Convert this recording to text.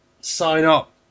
sign-up